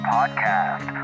Podcast